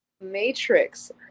Matrix